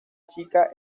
chica